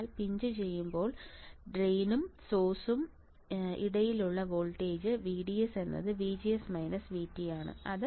അതിനാൽ പിഞ്ച് ചെയ്യുമ്പോൾ ഡ്രെയിനും സോഴ്സിനും ഇടയിലുള്ള വോൾട്ടേജ് VDS VGS VT ആണ്